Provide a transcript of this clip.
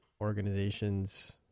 organizations